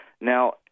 Now